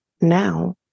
now